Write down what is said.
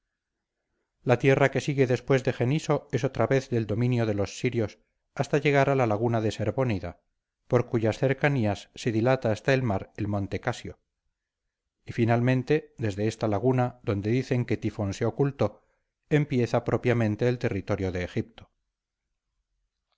la tierra que sigue después de jeniso es otra vez del dominio de los sirios hasta llegar a la laguna de serbónida por cuyas cercanías se dilata hasta el mar el monte casio y finalmente desde esta laguna donde dicen que tifón se ocultó empieza propiamente el territorio de egipto